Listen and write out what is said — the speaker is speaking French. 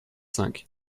cinq